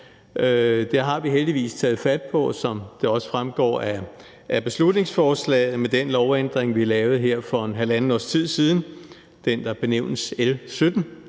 Det har vi heldigvis taget fat på, som det også fremgår af beslutningsforslaget, med den lovændring, vi lavede her for halvandet års tid siden med det lovforslag,